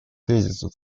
тезисов